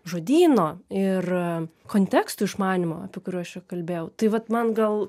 žodyno ir kontekstų išmanymo apie kuriuos čia kalbėjau tai vat man gal